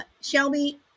Shelby